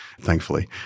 thankfully